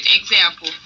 example